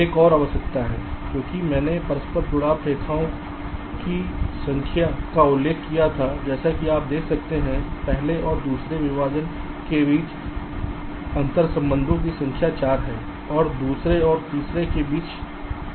एक और आवश्यकता है क्योंकि मैंने परस्पर जुड़ाव रेखाओं की संख्या का उल्लेख किया था जैसा कि आप देख सकते हैं पहले और दूसरे विभाजन के बीच अंतर्संबंधों की संख्या 4 है और दूसरे और तीसरे के बीच यह भी 4 है